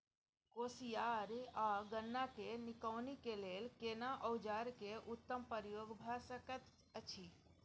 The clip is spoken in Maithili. कोसयार आ गन्ना के निकौनी के लेल केना औजार के उत्तम प्रयोग भ सकेत अछि?